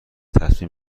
تصمیم